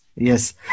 Yes